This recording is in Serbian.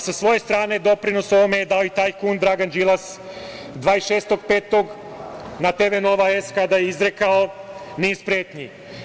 Sa svoje strane doprinos ovome je dao i tajkun Dragan Đilas 26.05. na TV "Nova S" kada je izrekao niz pretnji.